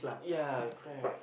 ya crap